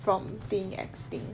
from being extinct